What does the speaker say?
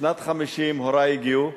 בשנת 1950 הורי הגיעו.